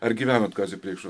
ar gyvenotekazio preikšo